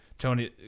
Tony